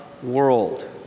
World